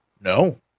No